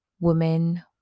women